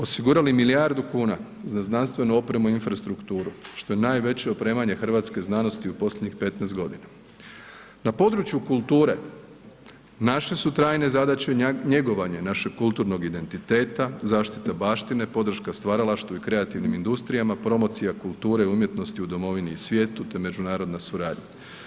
Osigurali milijardu kuna za znanstvenu opremu i infrastrukturu, što je najveće opremanje hrvatske znanosti u posljednjih 15.g. Na području kulture naše su trajne zadaće njegovanje našeg kulturnog identiteta, zaštita baštine, podrška stvaralaštvu i kreativnim industrijama, promocija kulture i umjetnosti u domovini i svijetu, te međunarodna suradnja.